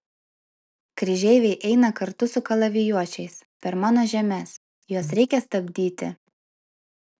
kryžeiviai eina kartu su kalavijuočiais per mano žemes juos reikia stabdyti